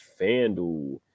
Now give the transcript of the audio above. FanDuel